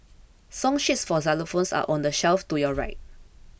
song sheets for xylophones are on the shelf to your right